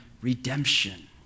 redemption